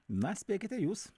na spėkite jūs